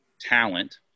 talent –